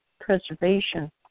preservation